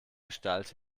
gestalt